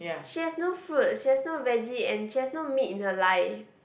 she has no fruit she has no veggie and she has no meat in her life